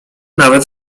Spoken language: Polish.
nawet